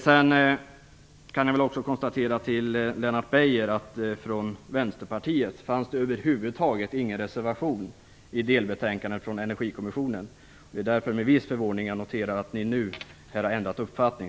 Jag kan också säga till Lennart Beijer att det från Vänsterpartiet över huvud taget inte fanns någon reservation till delbetänkandet från Energikommissionen. Det är med viss förvåning som jag noterar att ni efter arbetet i den nu har ändrat uppfattning.